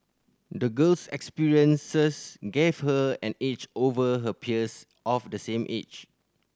the girl's experiences gave her an edge over her peers of the same age